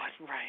Right